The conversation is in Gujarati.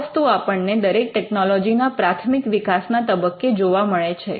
આ વસ્તુ આપણને દરેક ટેકનોલોજીના પ્રાથમિક વિકાસના તબક્કે જોવા મળે છે